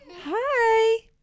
Hi